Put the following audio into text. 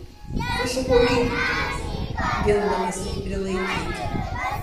sušuko gydytojas gindamas jį prilaikyti